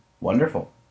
Wonderful